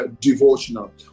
devotional